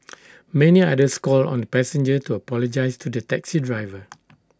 many others called on the passenger to apologise to the taxi driver